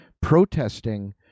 protesting